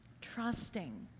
Trusting